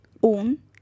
un